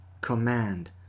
command